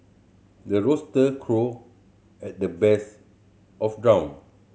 the rooster crow at the best of dawn